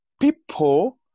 people